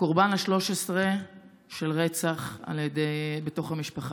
הקורבן ה-13 של רצח בתוך המשפחה.